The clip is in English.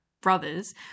brothers